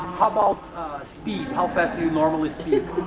how bout speed? how fast do you normally speak?